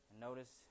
Notice